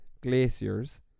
glaciers